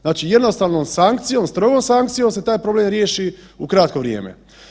Znači, jednostavnom sankcijom, strogom sankcijom se taj problem riješi u kratko vrijeme.